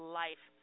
life